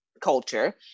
culture